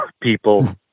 people